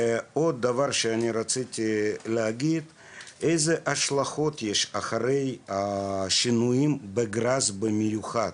עוד דבר שאני רציתי להגיד זה איזה השלכות יש לאחר השימוש בגראס במיוחד,